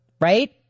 right